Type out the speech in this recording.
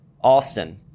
Austin